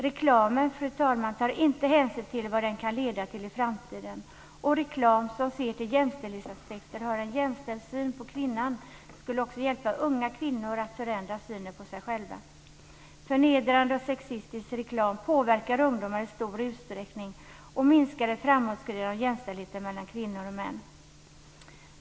Reklamen, fru talman, tar inte hänsyn till vad den kan leda till i framtiden. Reklam som ser till jämställdhetsaspekter och har en jämställd syn på kvinnan skulle också hjälpa unga kvinnor att förändra synen på sig själva. Förnedrande och sexistisk reklam påverkar ungdomar i stor utsträckning och minskar ett framåtskridande av jämställdheten mellan kvinnor och män.